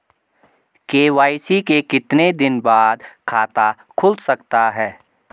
KYC के कितने दिन बाद खाता खुल सकता है?